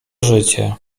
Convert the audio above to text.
życie